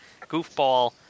goofball